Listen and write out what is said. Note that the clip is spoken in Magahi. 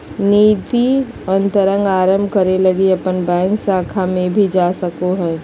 निधि अंतरण आरंभ करे लगी अपन बैंक शाखा में भी जा सको हो